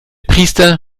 priester